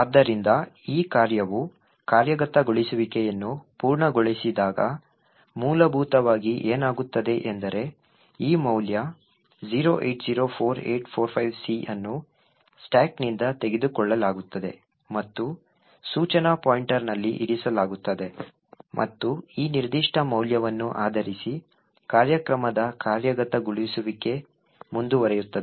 ಆದ್ದರಿಂದ ಈ ಕಾರ್ಯವು ಕಾರ್ಯಗತಗೊಳಿಸುವಿಕೆಯನ್ನು ಪೂರ್ಣಗೊಳಿಸಿದಾಗ ಮೂಲಭೂತವಾಗಿ ಏನಾಗುತ್ತದೆ ಎಂದರೆ ಈ ಮೌಲ್ಯ 0804845C ಅನ್ನು ಸ್ಟಾಕ್ನಿಂದ ತೆಗೆದುಕೊಳ್ಳಲಾಗುತ್ತದೆ ಮತ್ತು ಸೂಚನಾ ಪಾಯಿಂಟರ್ನಲ್ಲಿ ಇರಿಸಲಾಗುತ್ತದೆ ಮತ್ತು ಈ ನಿರ್ದಿಷ್ಟ ಮೌಲ್ಯವನ್ನು ಆಧರಿಸಿ ಕಾರ್ಯಕ್ರಮದ ಕಾರ್ಯಗತಗೊಳಿಸುವಿಕೆ ಮುಂದುವರಿಯುತ್ತದೆ